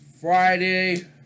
Friday